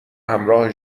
همراه